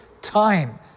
time